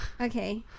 Okay